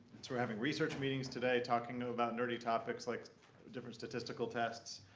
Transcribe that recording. we're having research meetings today talking about nerdy topics, like different statistical tests.